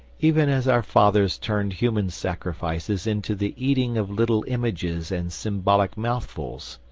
even as our fathers turned human sacrifices into the eating of little images and symbolic mouthfuls.